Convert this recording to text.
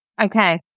Okay